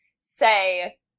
say